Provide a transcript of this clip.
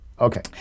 Okay